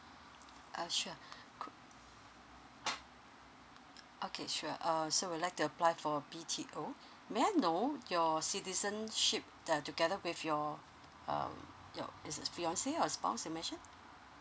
uh sure okay sure uh so you'd like to apply for a B_T_O may I know your citizenship uh together with your um your is it fiance or spouse you mentioned